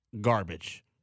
garbage